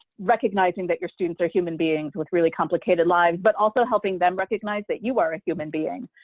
recognizing that your students are human beings with really complicated lives, but also helping them recognize that you are a human being,